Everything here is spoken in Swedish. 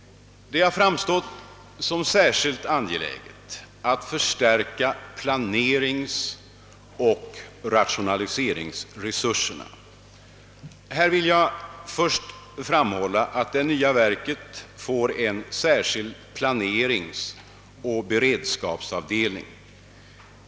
Det har framstått som särskilt angeläget att förstärka planeringsoch rationaliseringsresurserna. Här vill jag framhålla, att det nya verket får en särskild planeringsoch beredskapsavdelning.